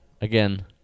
again